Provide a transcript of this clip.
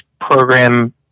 program